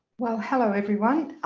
well, hello everyone.